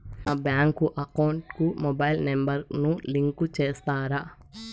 నా bank account కు mobile number ను లింకు చేస్తారా?